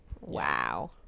Wow